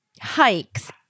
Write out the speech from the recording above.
hikes